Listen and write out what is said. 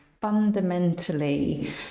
fundamentally